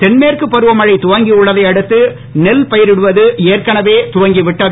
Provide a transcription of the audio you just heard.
தென்மேற்கு பருவமழை துவங்கி உள்ளதை அடுத்து நெல் பயிரிடுவது ஏற்கனவே துவங்கி விட்டது